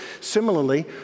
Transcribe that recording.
Similarly